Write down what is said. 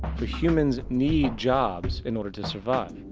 for humans need jobs in order to survive.